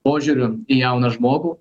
požiūriu į jauną žmogų